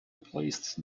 placed